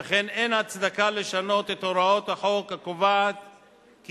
וכן אין הצדקה לשנות את הוראות החוק הקובעות כי